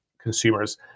consumers